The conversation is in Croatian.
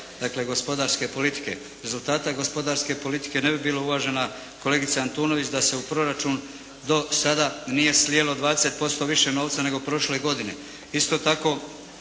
dakle gospodarske politike. Rezultata gospodarske politike ne bi bilo, uvažena kolegice Antunović, da se u proračun do sada nije slilo 20% više novca nego prošle godine. Isto tako,